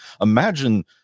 imagine